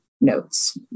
notes